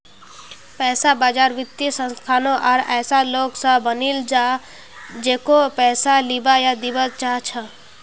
पैसा बाजार वित्तीय संस्थानों आर ऐसा लोग स बनिल छ जेको पैसा लीबा या दीबा चाह छ